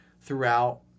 throughout